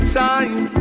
time